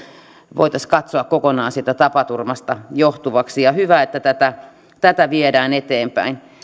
voitaisiin katsoa kokonaan siitä tapaturmasta johtuvaksi hyvä että tätä tätä viedään eteenpäin